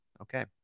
Okay